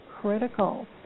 critical